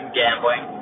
gambling